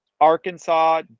Arkansas